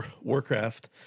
Warcraft